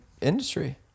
industry